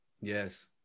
Yes